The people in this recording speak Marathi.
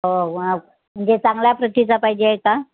हो म्हणजे चांगल्या प्रतीचा पाहिजे आहे का